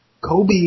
Kobe